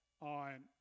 on